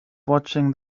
watching